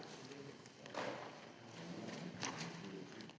Hvala